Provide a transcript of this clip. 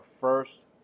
first